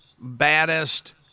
baddest